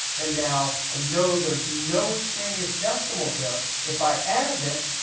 and now, i know there's no extraneous decimals there. if i add this,